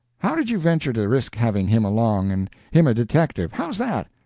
how did you venture to risk having him along and him a detective? how's that?